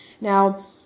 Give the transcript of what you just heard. Now